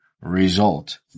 result